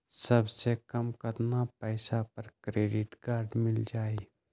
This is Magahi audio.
सबसे कम कतना पैसा पर क्रेडिट काड मिल जाई?